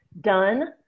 done